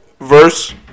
Verse